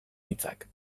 hitzak